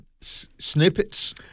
snippets